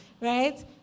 right